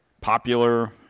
popular